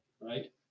right